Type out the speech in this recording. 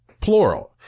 plural